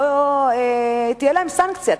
ותהיה לגביהם סנקציה,